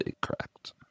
correct